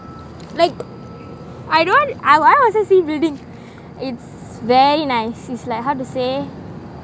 like I don't want I don't want to see buildings it's very nice how to say